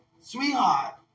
sweetheart